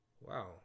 Wow